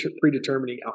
predetermining